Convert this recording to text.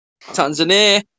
tanzania